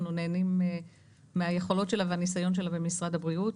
נהנים מהיכולות שלה ומהנסיון שלה במשרד הבריאות.